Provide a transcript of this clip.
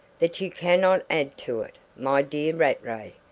that you cannot add to it, my dear rattray.